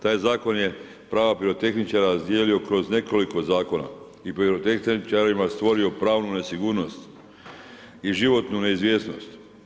Taj zakon je prava pirotehničara razdijelio kroz nekoliko zakona i pirotehničarima stvorio pravnu nesigurnost i životnu neizvjesnost.